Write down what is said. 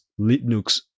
Linux